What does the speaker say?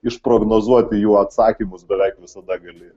išprognozuoti jų atsakymus beveik visada gali